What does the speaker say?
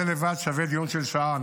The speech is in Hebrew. זה לבד שווה דיון של שעה.